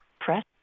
press